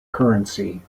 currency